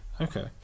Okay